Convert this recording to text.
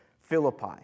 Philippi